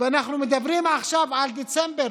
ואנחנו מדברים עכשיו על דצמבר,